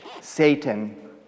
Satan